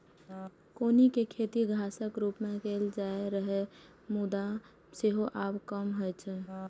कौनी के खेती घासक रूप मे कैल जाइत रहै, मुदा सेहो आब कम होइ छै